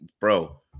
bro